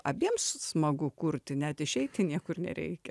abiems smagu kurti net išeiti niekur nereikia